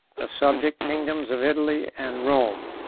the subject kingdoms of italy and rome.